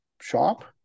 shop